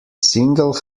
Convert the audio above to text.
single